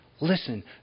Listen